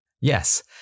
Yes